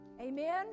Amen